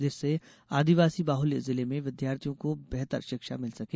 जिससे आदिवासी बाहल्य जिले में विद्यार्थियों को बेहतर षिक्षा मिल सके